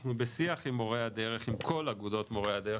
אנחנו בשיח עם מורי הדרך עם כל אגודות מורי הדרך